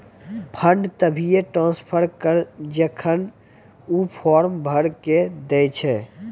fund तभिये transfer करऽ जेखन ऊ फॉर्म भरऽ के दै छै